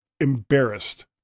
embarrassed